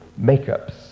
makeups